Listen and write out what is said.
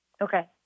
Okay